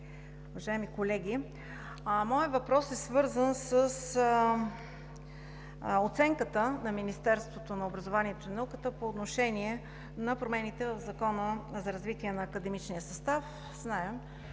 уважаеми колеги! Моят въпрос е свързан с оценката на Министерството на образованието и науката по отношение на промените в Закона за развитие на академичния състав. Знаем,